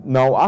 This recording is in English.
Now